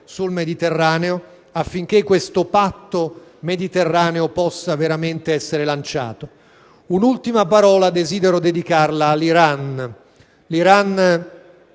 sul Mediterraneo, affinché questo patto mediterraneo possa veramente essere lanciato. Un'ultima parola desidero dedicarla all'Iran,